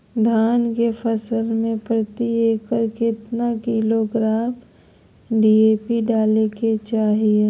धान के फसल में प्रति एकड़ कितना किलोग्राम डी.ए.पी डाले के चाहिए?